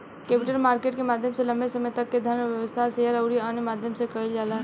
capital market के माध्यम से लंबे समय तक धन के व्यवस्था, शेयर अउरी अन्य माध्यम से कईल जाता